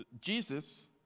Jesus